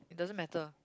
it doesn't matter